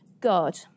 God